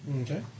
Okay